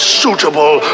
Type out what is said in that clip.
suitable